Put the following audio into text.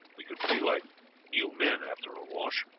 we should feel like new men after a wash.